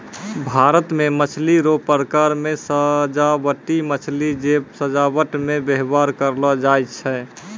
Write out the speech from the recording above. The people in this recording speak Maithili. भारत मे मछली रो प्रकार मे सजाबटी मछली जे सजाबट मे व्यवहार करलो जाय छै